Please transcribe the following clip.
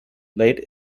leyte